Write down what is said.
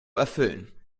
erfüllen